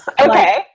Okay